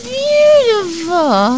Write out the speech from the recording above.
beautiful